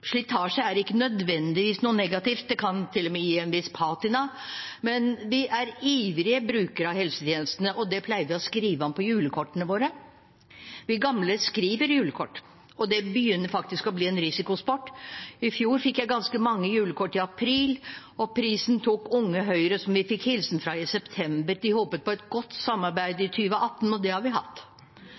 slitasje er ikke nødvendigvis noe negativt – det kan til og med gi en viss patina – men vi er ivrige brukere av helsetjenestene, og det pleier vi å skrive om på julekortene våre. Vi gamle skriver julekort, og det begynner faktisk å bli en risikosport. I fjor fikk jeg ganske mange julekort i april, og prisen tok Unge Høyre, som vi fikk hilsen fra i september – de håpet på et godt samarbeid i 2018, og det har vi hatt.